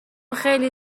خیلی